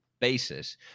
basis